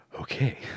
Okay